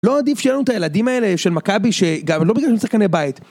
לא עדיף שיהיה לנו את הילדים האלה, של מכבי, ש... לא בגלל שהם שחקני בית